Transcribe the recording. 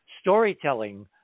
storytelling